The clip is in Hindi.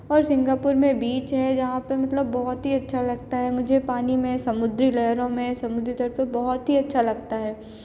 और सिंगापुर में बीच है जहाँ पर मतलब बहुत ही अच्छा लगता है मुझे पानी में समुद्री लहरों में समुद्री तट पर बहुत ही अच्छा लगता है